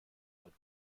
heute